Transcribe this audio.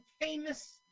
famous